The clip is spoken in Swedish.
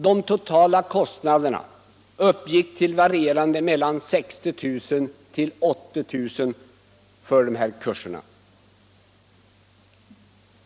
De totala kostnaderna uppgick till mellan 60 000 och 80 000 kr. för dessa kurser.